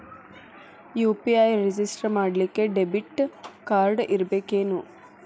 UPI register ಮಾಡ್ಲಿಕ್ಕೆ debit card ಇರ್ಬೇಕೇನು?